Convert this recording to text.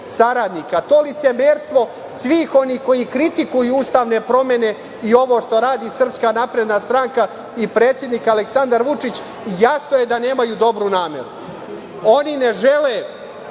to licemerstvo svih onih koji kritikuju ustavne promene i ovo što radi SNS i predsednik Aleksandar Vučić, jasno je da nemaju dobru nameru. Oni ne žele